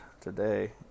today